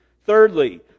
Thirdly